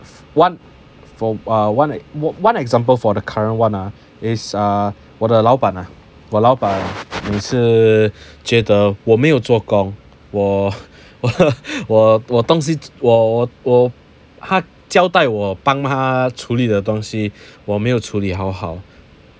one for a one a one example for the current one ah is ah 我的老板 ah 我老板每次觉得我没有做工我我我我我东西他交代我帮他处理的东西我没有处理好好